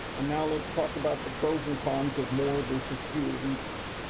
and now, let's talk about the pros and con of more versus fewer regions.